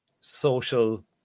social